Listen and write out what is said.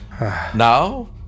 Now